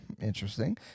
Interesting